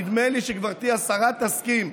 נדמה לי שגברתי השרה תסכים,